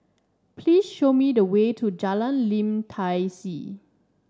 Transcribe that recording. please show me the way to Jalan Lim Tai See